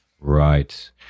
Right